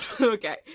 Okay